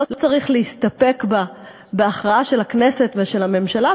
לא צריך להסתפק בה בהכרעה של הכנסת ושל הממשלה,